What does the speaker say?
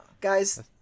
Guys